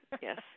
Yes